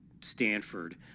Stanford